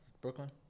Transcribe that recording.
Brooklyn